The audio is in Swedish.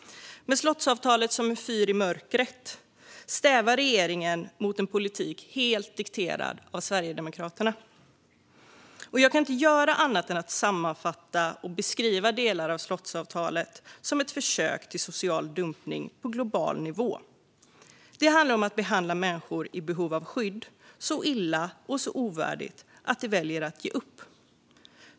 Med slottsavtalet som en fyr i mörkret stävar regeringen mot en politik helt dikterad av Sverigedemokraterna. Jag kan inte göra annat än att sammanfatta och beskriva delar av slottsavtalet som ett försök till social dumpning på global nivå. Det handlar om att behandla människor i behov av skydd så illa och så ovärdigt att de väljer att ge upp.